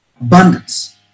Abundance